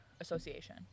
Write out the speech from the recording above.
Association